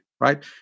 right